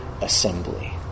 assembly